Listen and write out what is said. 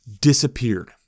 disappeared